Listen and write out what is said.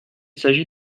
s’agit